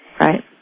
Right